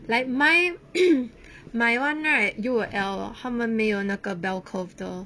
like my my [one] right U or L 他们没有那个 bell curve 的